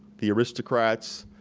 the aristocrats,